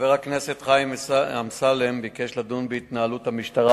חבר הכנסת חיים אמסלם ביקש לדון בהתנהלות המשטרה